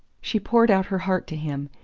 she poured out her heart to him,